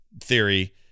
theory